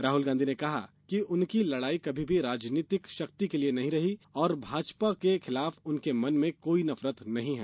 राहल गांधी ने कहा है कि उनकी लड़ाई कभी भी राजनीतिक शक्ति के लिए नहीं रही है और भाजपा के खिलाफ उनके मन में कोई नफरत नहीं हैं